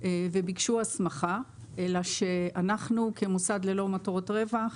וביקשו הסמכה אלא שאנחנו, כמוסד ללא מטרות רווח,